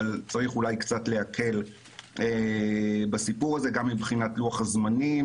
אבל אולי צריך להקל בסיפור הזה גם מבחינת לוח זמנים,